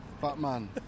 Batman